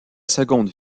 seconde